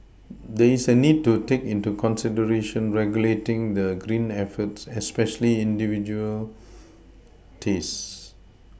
there is a need to take into consideration regulating the green efforts especially industrial taste